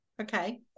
Okay